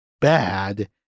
bad